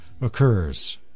occurs